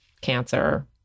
cancer